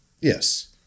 Yes